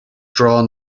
drawn